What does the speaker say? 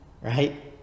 right